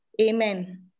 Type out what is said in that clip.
Amen